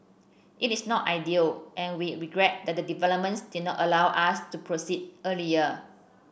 it is not ideal and we regret that the developments did not allow us to proceed earlier